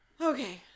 Okay